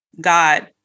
God